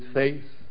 faith